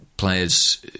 players